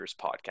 podcast